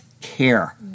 care